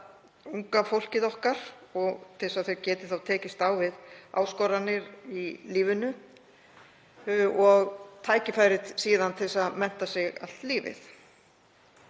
unga fólkið okkar til þess að þau geti tekist á við áskoranir í lífinu og fái tækifæri til að mennta sig allt lífið.